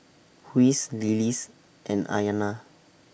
Huy's Lily's and Ayanna